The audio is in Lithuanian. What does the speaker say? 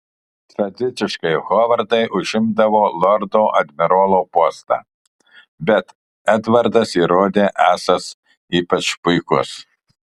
tradiciškai hovardai užimdavo lordo admirolo postą bet edvardas įrodė esąs ypač puikus